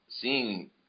seeing